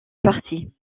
parti